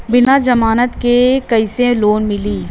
बिना जमानत क कइसे लोन मिली?